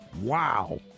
Wow